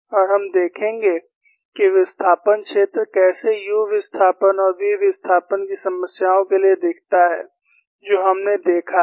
और हम देखेंगे कि विस्थापन क्षेत्र कैसे u विस्थापन और v विस्थापन की समस्याओं के लिए दिखता है जो हमने देखा है